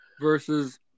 Versus